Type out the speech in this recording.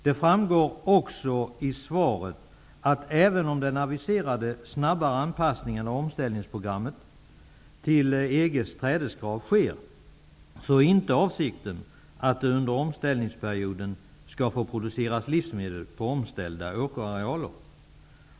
Det framgår också i svaret att avsikten inte är att det under omställningsperioden skall få produceras livsmedel på omställda åkerarealer, även om den aviserade snabba anpassningen av omställningsprogrammet till EG:s trädeskrav sker.